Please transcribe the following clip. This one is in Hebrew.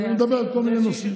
אז אני מדבר על כל מיני נושאים.